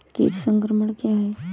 कीट संक्रमण क्या है?